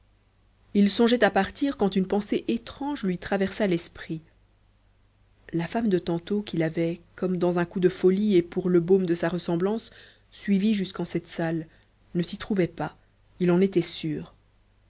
il songeait à partir quand une pensée étrange lui traversa l'esprit la femme de tantôt qu'il avait comme dans un coup de folie et pour le baume de sa ressemblance suivie jusqu'en cette salle ne s'y trouvait pas il en était sûr